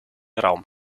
raum